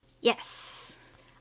yes